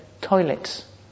toilets